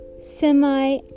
semi